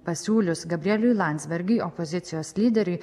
pasiūlius gabrieliui landsbergiui opozicijos lyderiui